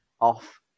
off